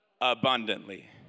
abundantly